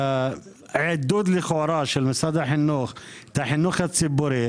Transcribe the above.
העידוד לכאורה של משרד החינוך את החינוך הציבורי